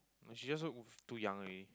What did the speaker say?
she just look too young already